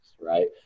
right